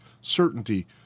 certainty